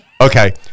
Okay